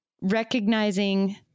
recognizing